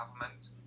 government